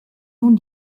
nun